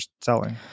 selling